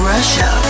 Russia